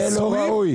זה לא ראוי?